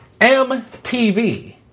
MTV